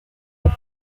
that